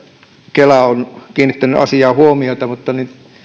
kela on kiinnittänyt asiaan huomiota mutta